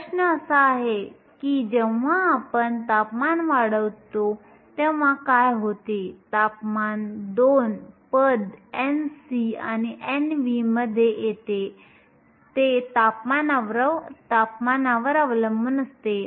प्रश्न असा आहे की जेव्हा आपण तापमान वाढवतो तेव्हा काय होते तापमान 2 पद Nc आणि Nv मध्ये येते ते तापमानावर अवलंबून असते